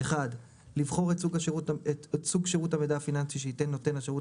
(1) לבחור את סוג שירות המידע הפיננסי שייתן נותן השירות